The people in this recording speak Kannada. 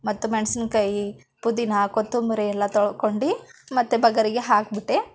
ಮತ್ತೆ ಮೆಣಸಿನಕಾಯಿ ಪುದೀನಾ ಕೊತ್ತಂಬರಿ ಎಲ್ಲ ತೊಳ್ಕೊಂಡು ಮತ್ತೆ ಬಗಾರಿಗೆ ಹಾಕ್ಬಿಟ್ಟೆ